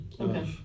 okay